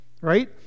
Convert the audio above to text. right